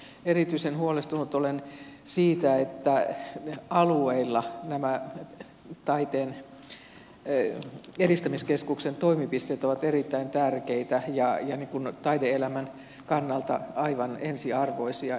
erityisen huolestunut olen siitä että alueilla nämä taiteen edistämiskeskuksen toimipisteet ovat erittäin tärkeitä ja taide elämän kannalta aivan ensiarvoisia